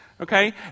okay